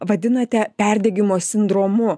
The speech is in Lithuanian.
vadinate perdegimo sindromu